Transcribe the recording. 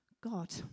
God